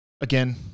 again